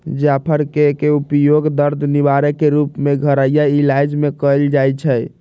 जाफर कें के प्रयोग दर्द निवारक के रूप में घरइया इलाज में कएल जाइ छइ